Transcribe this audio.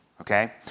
okay